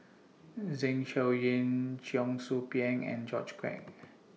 Zeng Shouyin Cheong Soo Pieng and George Quek